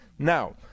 Now